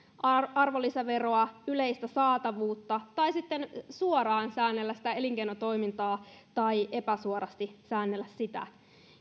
arvonlisäveroa yleistä saatavuutta tai sitten suoraan säännellä sitä elinkeinotoimintaa tai epäsuorasti säännellä sitä